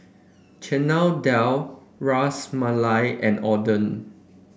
Chana Dal Ras Malai and Oden